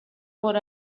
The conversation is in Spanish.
por